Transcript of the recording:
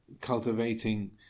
cultivating